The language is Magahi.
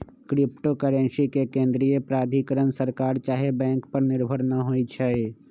क्रिप्टो करेंसी के केंद्रीय प्राधिकरण सरकार चाहे बैंक पर निर्भर न होइ छइ